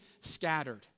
scattered